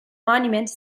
monument